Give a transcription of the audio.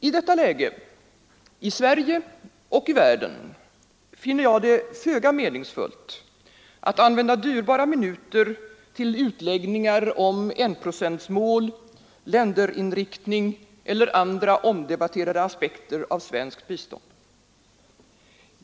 I detta läge, i Sverige och i världen, finner jag det föga meningsfullt att använda dyrbara minuter till utläggningar om enprocentsmål, länderinriktning eller andra omdebatterade aspekter av svenskt bistånd.